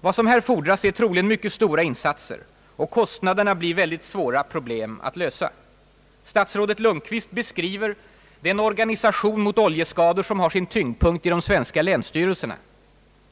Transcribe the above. Vad som här fordras är troligen mycket stora insatser, och kostnadsproblemen blir mycket svåra att lösa. Statsrådet Lundkvist beskriver den organisation mot oljeskador som har sin tyngdpunkt i de svenska länsstyrelserna.